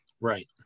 Right